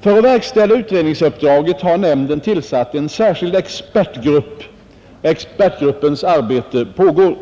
För att verkställa utredningsuppdraget har nämnden tillsatt en särskild expertgrupp. Expertgruppens arbete pågår.